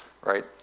right